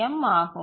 M ஆகும்